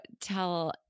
tell